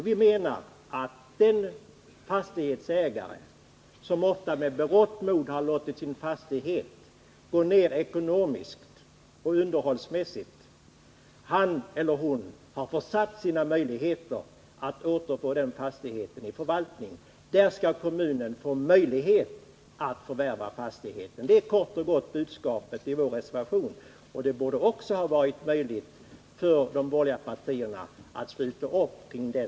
Vi menar att den fastighetsägare som, ofta med berått mod, harlåtit sin fastighet förfalla därmed skall ha försatt sina möjligheter att återfå fastigheten i förvaltning. I sådana fall skall kommunen ges möjlighet att förvärva fastigheten. Det är kort och gott budskapet i reservationen, och det borde ha varit möjligt för de borgerliga partierna att sluta upp bakom den.